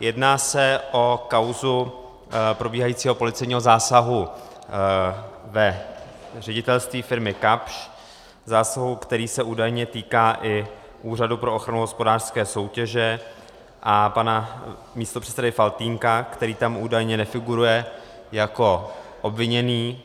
Jedná se o kauzu probíhajícího policejního zásahu v ředitelství firmy Kapsch, zásahu, který se údajně týká i Úřadu pro ochranu hospodářské soutěže a pana místopředsedy Faltýnka, který tam údajně nefiguruje jako obviněný,